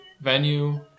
Venue